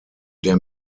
der